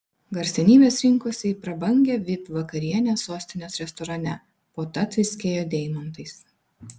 garsenybės rinkosi į prabangią vip vakarienę sostinės restorane puota tviskėjo deimantais